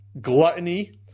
Gluttony